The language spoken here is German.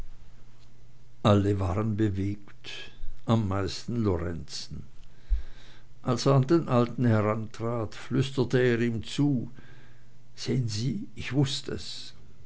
alle waren bewegt am meisten lorenzen als er an den alten herantrat flüsterte er ihm zu sehn sie ich wußt es